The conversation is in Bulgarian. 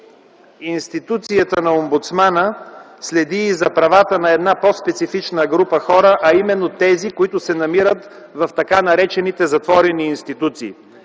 институцията на Омбудсмана следи и за правата на една по-специфична група хора, а именно тези, които се намират в така наречените затворени институции.